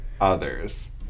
others